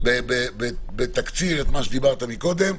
תאמר בתקציר במשך דקה את מה שאמרת מקודם,